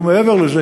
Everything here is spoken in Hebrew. ומעבר לזה,